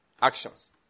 Actions